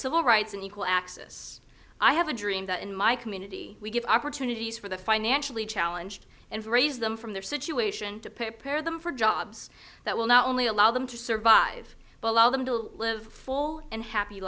civil rights and equal access i have a dream that in my community we give opportunities for the financially challenged and raise them from their situation to prepare them for jobs that will not only allow them to survive but allow them to live full and happy